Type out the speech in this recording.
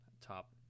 top